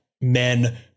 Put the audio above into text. men